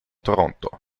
toronto